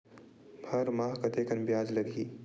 हर माह कतेकन ब्याज लगही?